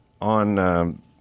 on